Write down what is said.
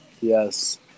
yes